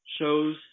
Shows